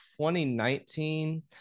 2019